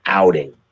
outing